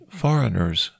foreigners